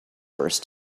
burst